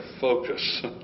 focus